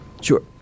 Sure